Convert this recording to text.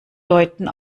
deuten